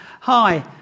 Hi